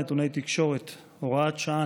נתוני תקשורת) (הוראת שעה,